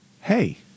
hey